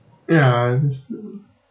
ya is